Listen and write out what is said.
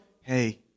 hey